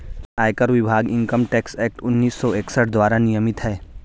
आयकर विभाग income tax act उन्नीस सौ इकसठ द्वारा नियमित है